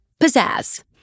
pizzazz